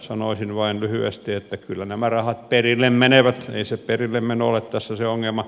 sanoisin vain lyhyesti että kyllä nämä rahat perille menevät ei se perillemeno ole tässä se ongelma